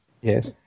Yes